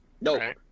No